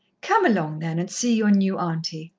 come along, then, and see your new auntie.